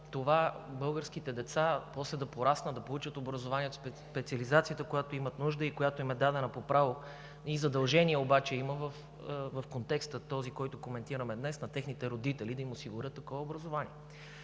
това българските деца после да пораснат, да получат образованието, специализацията, от която имат нужда и която им е дадена по право. И задължения обаче има в контекста, който коментираме днес – техните родители да им осигурят такова образование.